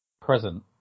present